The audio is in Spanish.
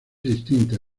distinta